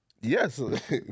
Yes